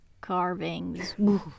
carvings